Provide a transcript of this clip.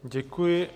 Děkuji.